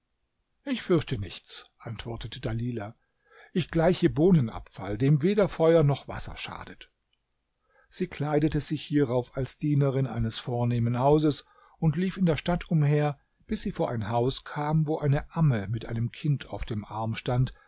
ich fürchte nichts antwortete dalilah ich gleiche bohnenabfall dem weder feuer noch wasser schadet sie kleidete sich hierauf als dienerin eines vornehmen hauses und lief in der stadt umher bis sie vor ein haus kam wo eine amme mit einem kind auf dem arm stand